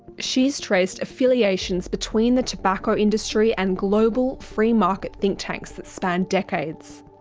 she's traced affiliations between the tobacco industry and global free market think tanks that span decades.